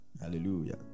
hallelujah